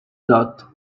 dot